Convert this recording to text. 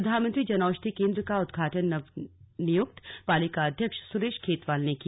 प्रधानमंत्री जनऔषधि केन्द्र का उद्घाटन नवनियुक्त पालिका अध्यक्ष सुरेश खेतवाल ने किया